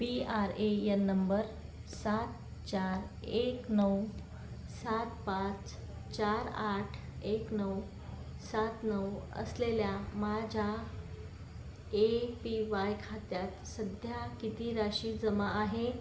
P R A N number सात चार एक नऊ सात पाच चार आठ एक नऊ सात नऊ असलेल्या माझ्या ए पी वाय खात्यात सध्या किती राशी जमा आहे